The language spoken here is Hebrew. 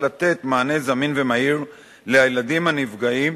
לתת מענה זמין ומהיר לילדים הנפגעים,